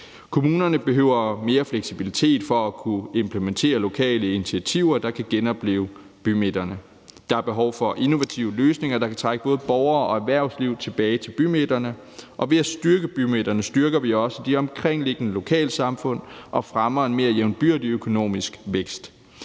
Kommunerne behøver mere fleksibilitet for at kunne implementere lokale initiativer, der kan genoplive bymidterne. Der er behov for innovative løsninger, der kan trække både borgere og erhvervsliv tilbage til bymidterne. Og ved at styrke bymidterne styrker vi også de omkringliggende lokalsamfund og fremmer en mere jævnbyrdig økonomisk vækst.